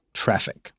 traffic 。